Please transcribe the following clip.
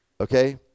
Okay